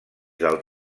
del